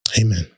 Amen